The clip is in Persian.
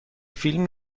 فیلم